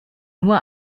nur